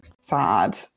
sad